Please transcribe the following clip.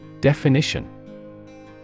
Definition